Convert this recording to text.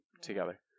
together